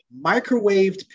microwaved